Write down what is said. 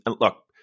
look